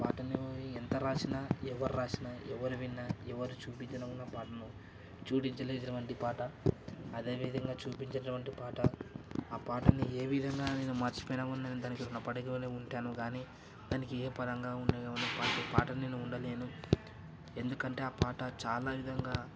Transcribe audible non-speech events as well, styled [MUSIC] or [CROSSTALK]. ఆ పాటను ఎంత రాసిన ఎవరు రాసిన ఎవరు విన్న ఎవరు చూపించదగిన పాటను [UNINTELLIGIBLE] వంటి పాట అదేవిధంగా చూపించేటువంటి పాట ఆ పాటని ఏ విధంగా నేను మర్చిపోయిన కూడా దానికి రుణపడి గానే ఉంటాను కాని దానికి ఏ పరంగా కూడా [UNINTELLIGIBLE] పాటని ఉండలేను ఎందుకంటే ఆ పాట చాలా విధంగా